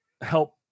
help